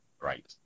right